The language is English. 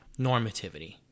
normativity